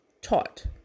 taught